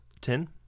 Ten